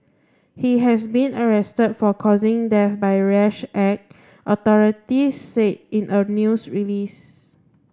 he has been arrest for causing death by rash act authorities said in a news release